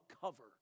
cover